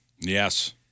Yes